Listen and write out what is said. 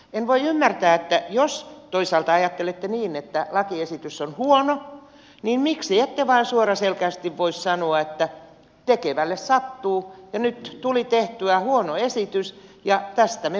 en voi ymmärtää että jos toisaalta ajattelette niin että lakiesitys on huono niin miksi ette vain suoraselkäisesti voi sanoa että tekevälle sattuu nyt tuli tehtyä huono esitys ja tästä me voimme perääntyä